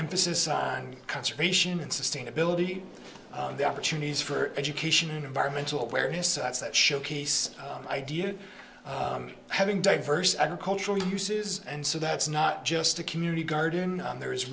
emphasis on conservation and sustainability the opportunities for education environmental awareness that showcase idea having diverse agricultural uses and so that's not just a community garden there is